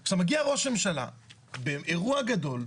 עכשיו, מגיע ראש הממשלה באירוע גדול,